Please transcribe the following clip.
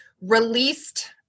released